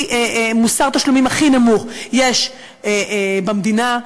מוסר תשלומים הכי נמוך יש במשרדי המדינה.